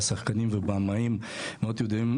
שחקן ובמאי ידוע מאוד,